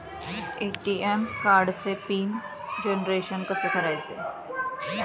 ATM कार्डचे PIN generation कसे करायचे?